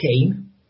came